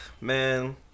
Man